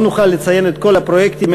לא נוכל לציין את כל הפרויקטים,